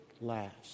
last